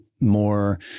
more